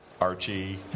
Archie